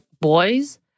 boys